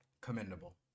Commendable